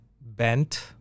bent